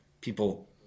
people